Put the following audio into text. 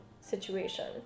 situation